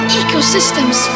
ecosystems